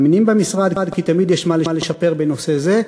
ובמשרד מאמינים כי תמיד יש מה לשפר בנושא זה.